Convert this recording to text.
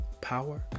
power